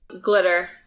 glitter